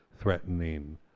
threatening